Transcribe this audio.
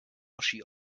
oschi